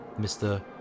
Mr